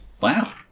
Wow